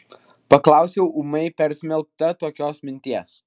paklausiau ūmai persmelkta tokios minties